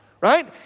right